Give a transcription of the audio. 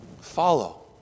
Follow